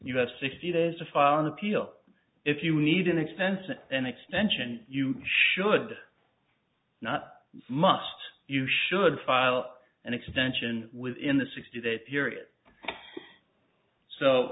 you have sixty days to file an appeal if you need an expense and an extension you should not must you should file an extension within the sixty day period so